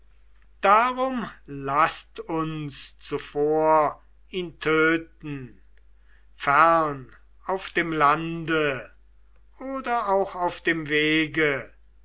darum laßt uns zuvor ihn töten fern auf dem lande oder auch auf dem wege